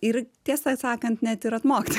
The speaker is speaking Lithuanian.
ir tiesą sakant net ir atmokti